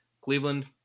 Cleveland